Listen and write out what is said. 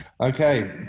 Okay